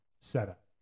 setup